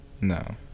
No